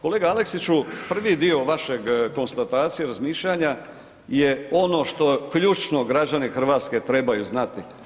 Kolega Aleksiću prvi dio vaše konstatacije, razmišljanja je ono što ključno građani Hrvatske trebaju znati.